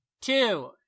two